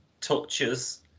touches